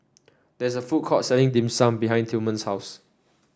there is a food court selling Dim Sum behind Tilman's house